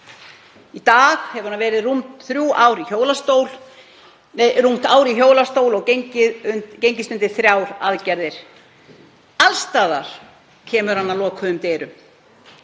Í dag hefur hann verið rúmt ár í hjólastól og gengist undir þrjár aðgerðir. Alls staðar kemur hann að lokuðum dyrum.